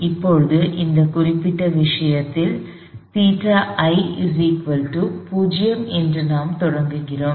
இப்போது இந்த குறிப்பிட்ட விஷயத்தில் ϴi 0 என்று நாம் தொடங்குகிறோம்